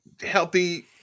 healthy